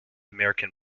american